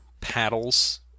paddles